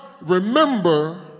remember